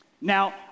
Now